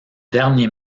dernier